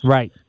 Right